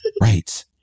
Right